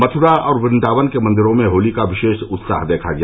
मथुरा और वृन्दावन के मंदिरो में होली का विशेष उत्साह देखा गया